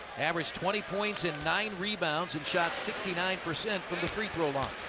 averaged twenty points and nine rebounds and shot sixty nine percent from the free-throw line.